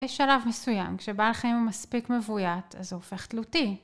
יש שלב מסוים, כשבעל חיים הוא מספיק מבוית, אז הוא הופך תלותי.